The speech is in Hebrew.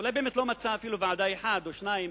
אולי באמת הוא לא מצא אפילו ועדה אחת או שתיים